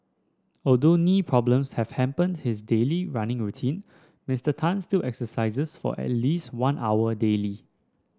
although knee problems have hampered his daily running routine Mister Tan still exercises for at least one hour daily